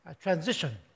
transition